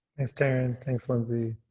thanks terry and thanks, lindsay.